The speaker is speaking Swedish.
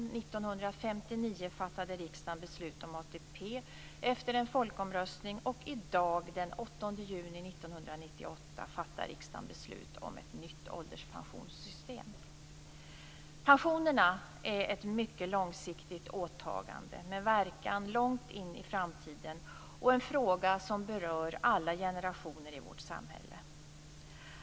År 1959 fattade riksdagen beslut om ATP efter en folkomröstning, och i dag den Pensionerna är ett mycket långsiktigt åtagande med verkan långt i framtiden och en fråga som berör alla generationer i vårt samhälle.